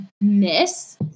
miss